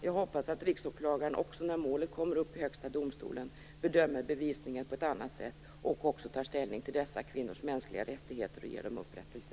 Jag hoppas att riksåklagaren när målet kommer upp i Högsta domstolen bedömer bevisningen på ett annat sätt och också tar ställning till dessa kvinnors mänskliga rättigheter och ger dem upprättelse.